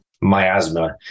miasma